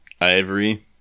ivory